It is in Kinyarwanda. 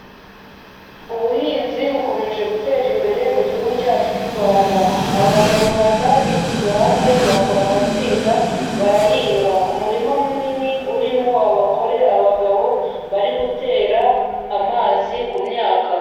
Ubuhinzi bukomeje gutera imbere mu gihugu cyacu cy'u Rwanda. Abanyarwanda bishyize hamwe bakora amatsinda barahinga. Umurima munini urimo abagore, abagabo, bari gutera amazi ku myaka.